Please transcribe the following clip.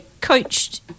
coached